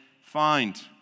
find